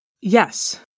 Yes